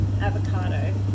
avocado